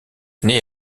née